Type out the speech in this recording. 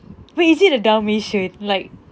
wait is it the dalmatian like